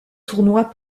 tournoi